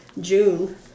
June